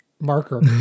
Marker